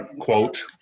quote